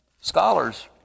scholars